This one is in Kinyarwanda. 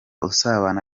usabana